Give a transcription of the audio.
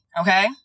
okay